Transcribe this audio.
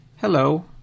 Hello